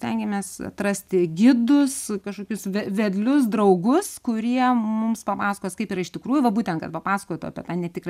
stengiamės atrasti gidus kažkokius ve vedlius draugus kurie mums papasakos kaip yra iš tikrųjų va būtent kad papasakotų apie tą netikrą